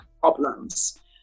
problems